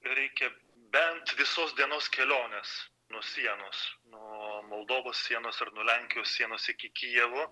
reikia bent visos dienos kelionės nuo sienos nuo moldovos sienos ar nuo lenkijos sienos iki kijevo